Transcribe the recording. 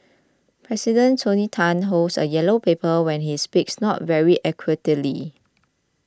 President Tony Tan holds a yellow paper when he speaks not very eloquently